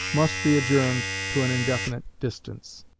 must be adjourned to an indefinite distance.